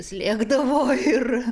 slėgdavo ir